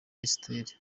esiteri